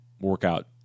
workout